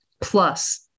plus